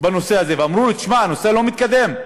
בנושא הזה, ואמרו: תשמע, הנושא לא מתקדם.